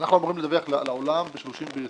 אנחנו אמורים לדווח לעולם ב-30 בספטמבר.